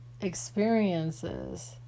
experiences